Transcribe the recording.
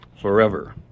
forever